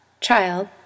child